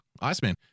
Iceman